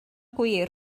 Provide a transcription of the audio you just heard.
gwir